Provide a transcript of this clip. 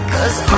Cause